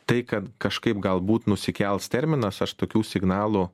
tai kad kažkaip galbūt nusikels terminas aš tokių signalų